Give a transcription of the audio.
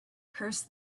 curse